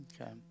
Okay